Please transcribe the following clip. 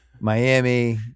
Miami